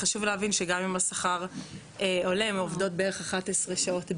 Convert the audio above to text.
חשוב להבין שגם אם השכר עולה הן עובדות בערך 11 שעות ביום.